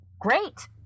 great